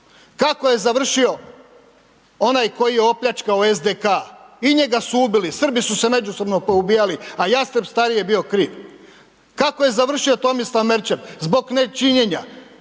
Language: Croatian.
Kako je završio onaj koji je opljačkao SDK? I njega su ubili, Srbi su se međusobno poubijali, a Jastreb stariji je bio kriv. Kako je završio Tomislav Merčep zbog nečinjenja?